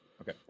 Okay